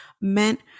meant